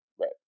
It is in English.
Right